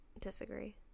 Disagree